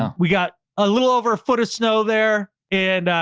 um we got a little over a foot of snow there and,